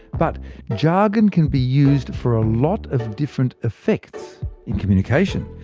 but jargon can be used for a lot of different effects in communication.